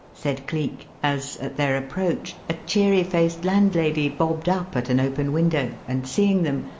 said cleek, as, at their approach, a cheery-faced landlady bobbed up at an open window and, seeing them,